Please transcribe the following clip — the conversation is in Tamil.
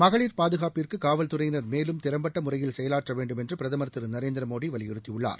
மகளிர் பாதுகாப்புக்கு காவல்துறையினர் மேலும் திறம்பட்ட முறையில் செயலாற்ற வேண்டும் என்று பிரதமர் திரு நரேந்திர மோடி வலியுறுத்தியுள்ளார்